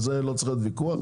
על זה לא צריך להיות ויכוח.